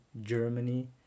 germany